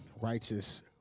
righteous